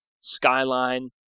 Skyline